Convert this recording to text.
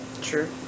True